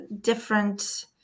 different